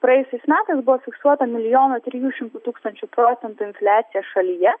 praėjusiais metais buvo fiksuota milijono trijų šimtų tūkstančių procentų infliacija šalyje